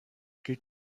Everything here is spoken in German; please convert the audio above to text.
gilt